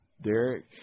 Derek